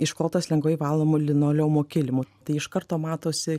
išklotas lengvai valomu linoleumo kilimu tai iš karto matosi